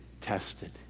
tested